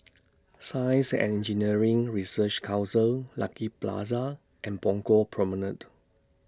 Science and Engineering Research Council Lucky Plaza and Punggol Promenade